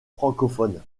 francophones